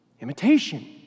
Imitation